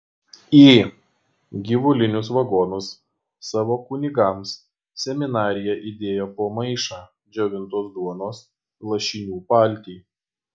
į gyvulinius vagonus savo kunigams seminarija įdėjo po maišą džiovintos duonos lašinių paltį